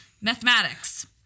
mathematics